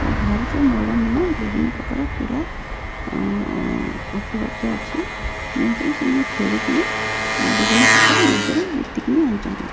ଭଲ୍ସେ ମହିଳାମାନେ ବିଭିନ୍ନ ପ୍ରକାର କ୍ରିଡ଼ା ଉପଲବ୍ଧ ଅଛି ଏଇଥିରୁ ସେମାନେ ଖେଳିକି ବିଭିନ୍ନ ପ୍ରକାର ମେଡ଼େଲ୍ ଜିତିକିରି ଆଣିଛନ୍ତି